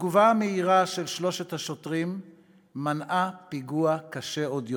התגובה המהירה של שלושת השוטרים מנעה פיגוע קשה עוד יותר.